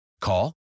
Call